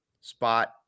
spot